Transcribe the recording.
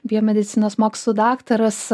biomedicinos mokslų daktaras